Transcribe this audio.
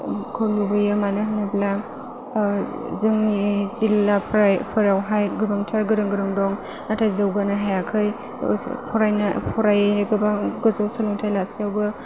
लुबैयो मानो होनोब्ला ओ जोंनि जिल्लाफोरावहाय गोबांथार गोरों गोरों दं नाथाय जौगानो हायाखै फरायनो फरायो गोबां गोजौ सोलोंथाय लासेयावबो